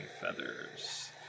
feathers